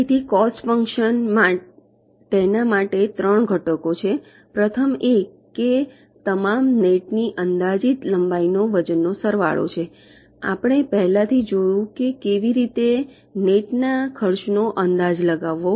તેથી cost function તેના માટે 3 ઘટકો છે પ્રથમ એક એ તમામ જાળીની અંદાજિત લંબાઈનો વજનનો સરવાળો છે આપણે પહેલાથી જોયું છે કે કેવી રીતે જાળીના ખર્ચનો અંદાજ લગાવવો